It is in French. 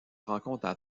rencontrent